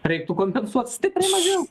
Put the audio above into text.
reiktų kompensuot stipriai mažiau